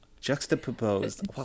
Juxtaposed